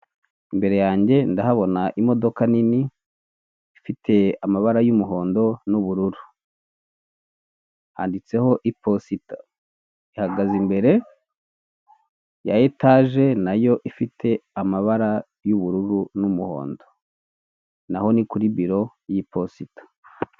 Imbere yanjye ndahabona imodoka nini ifite amabara y'umuhondo n'ubururu handitseho iposita ihagaze imbere ya etaje nayo ifite amabara y'ubururu n'umuhondo naho ni kuri biro y'iposita.